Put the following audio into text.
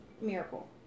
miracle